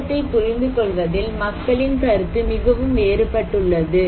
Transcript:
ஆபத்தை புரிந்துகொள்வதில் மக்களின் கருத்து மிகவும் வேறுபட்டுள்ளது